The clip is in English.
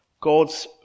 God's